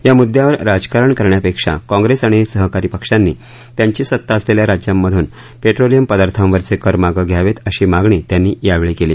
या मुद्द्यावर राजकारण करण्यापेक्षा काँप्रेस आणि सहकारी पक्षांनी त्यांची सत्ता असलेल्या राज्यांमधून पेट्रोलियम पदार्थांवरचे कर मागे घ्यावेत अशी मागणी त्यांनी यावेळी केली